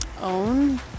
own